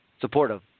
Supportive